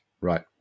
Right